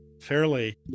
fairly